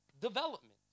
development